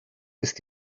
ist